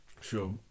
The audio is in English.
Sure